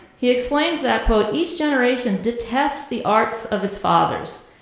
he explains that quote, each generation detests the arts of its fathers,